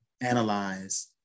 analyze